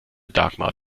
dagmar